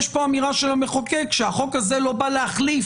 יש פה אמירה של המחוקק שהחוק הזה לא בא להחליף.